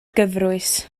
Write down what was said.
gyfrwys